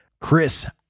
Chris